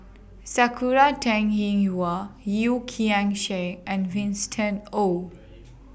Sakura Teng Ying Hua Yeo Kian Chye and Winston Oh